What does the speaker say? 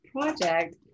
project